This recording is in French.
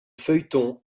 feuilleton